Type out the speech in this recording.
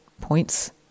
points